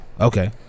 Okay